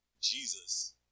Jesus